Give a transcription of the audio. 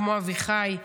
כמו אביחי,